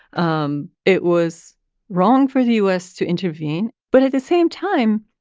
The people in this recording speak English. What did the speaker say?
um it was wrong for the u s. to intervene. but at the same time,